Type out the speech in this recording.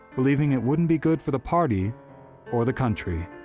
believing it wouldn't be good for the party or the country.